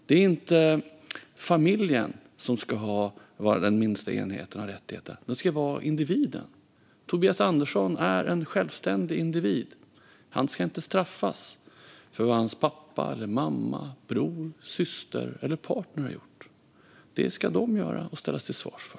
Det är inte familjen som ska vara den minsta enheten och ha rättigheter. Det ska vara individen. Tobias Andersson är en självständig individ. Han ska inte straffas för vad hans pappa, mamma, bror, syster eller partner har gjort. Det ska de göra och ställas till svars för.